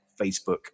Facebook